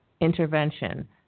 intervention